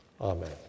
Amen